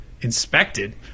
inspected